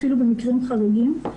אפילו במקרים חריגים.